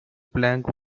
plank